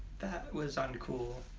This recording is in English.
that was uncool.